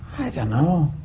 i don't know.